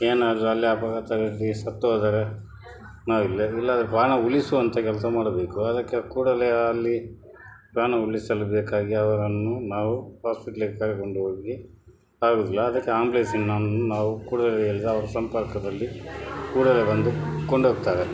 ಏನಾದರೂ ಅಲ್ಲಿ ಅಪಘಾತ ಆಗಿ ಸತ್ತು ಹೋದರೆ ಇಲ್ಲಾಂದ್ರೆ ಪ್ರಾಣ ಉಳಿಸುವಂಥ ಕೆಲಸ ಮಾಡಬೇಕು ಅದಕ್ಕೆ ಕೂಡಲೇ ಅಲ್ಲಿ ಪ್ರಾಣ ಉಳಿಸಲು ಬೇಕಾಗಿ ಅವರನ್ನು ನಾವು ಹಾಸ್ಪಿಟ್ಲಿಗೆ ಕರ್ಕೊಂಡು ಹೋಗಿ ಆಗುವುದಿಲ್ಲ ಅದಕ್ಕೆ ಆ್ಯಂಬುಲೆನ್ಸ್ ನಾವು ಕೂಡಲೇ ಎಲ್ಲ ಅವರು ಸಂಪರ್ಕದಲ್ಲಿ ಕೂಡಲೇ ಬಂದು ಕೊಂಡೋಗ್ತಾರೆ